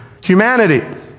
Humanity